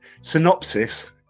Synopsis